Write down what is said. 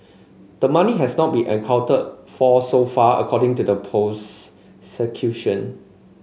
the money has not been accounted for so far according to the prosecution